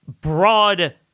broad